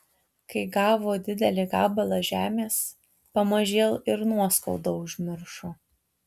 kai gavo didelį gabalą žemės pamažėl ir nuoskaudą užmiršo